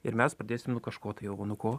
ir mes pradėsim nuo kažko tai o nuo ko